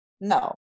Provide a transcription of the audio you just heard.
No